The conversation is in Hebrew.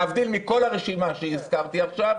להבדיל מכל הרשימה שהזכרתי עכשיו,